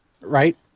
Right